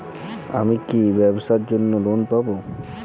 আমি কি ব্যবসার জন্য লোন পাব?